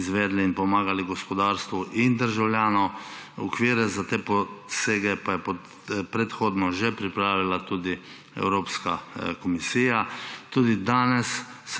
izvedli in pomagali gospodarstvu in državljanom, okvire za te posege pa je predhodno že pripravila tudi Evropska komisija. Tudi danes